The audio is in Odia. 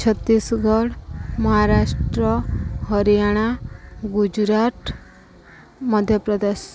ଛତିଶଗଡ଼ ମହାରାଷ୍ଟ୍ର ହରିୟାଣା ଗୁଜୁରାଟ ମଧ୍ୟପ୍ରଦେଶ